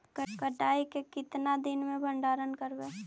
कटाई के कितना दिन मे भंडारन करबय?